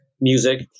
music